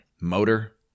Motor